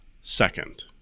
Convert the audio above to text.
second